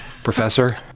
professor